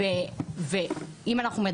זה אנשים.